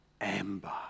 amber